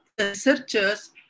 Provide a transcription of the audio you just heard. researchers